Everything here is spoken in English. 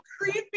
creepy